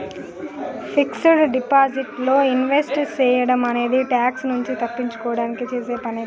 fixed deposit లో invest సేయడం అనేది ట్యాక్స్ నుంచి తప్పించుకోడానికి చేసే పనే కదా